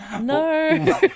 No